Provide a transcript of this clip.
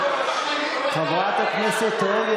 חברת הכנסת רגב,